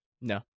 No